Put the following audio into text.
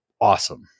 awesome